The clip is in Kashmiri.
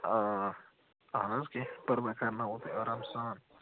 آ اہَن حظ کیٚنہہ چھِنہٕ پرواے کرناوَو تۄہہِ آرام سان